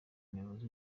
umuyobozi